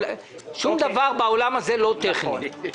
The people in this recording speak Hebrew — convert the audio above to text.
שום דבר בעולם הזה הוא לא טכני.